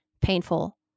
painful